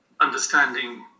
understanding